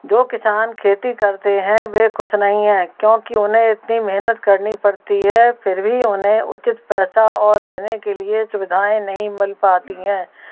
जो किसान खेती करते है वे खुश नहीं हैं क्योंकि उन्हें इतनी मेहनत करनी पड़ती है फिर भी उन्हें उचित पैसा और रहने के लिए सुविधाएँ नहीं मिल पाती हैं